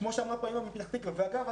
כפי שאמרה פה האימא מפתח תקווה ואגב,